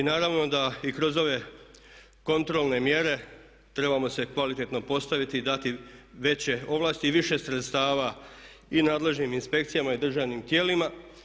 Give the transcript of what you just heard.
I naravno da i kroz ove kontrolne mjere trebamo se kvalitetno postaviti i dati veće ovlasti i više sredstava i nadležnim inspekcijama i državnim tijelima.